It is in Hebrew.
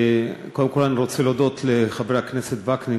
קודם כול אני רוצה להודות לחבר הכנסת וקנין,